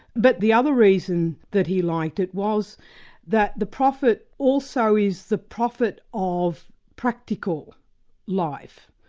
but the other reason that he liked it was that the prophet also is the prophet of practical life.